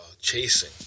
chasing